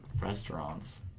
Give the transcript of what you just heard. Restaurants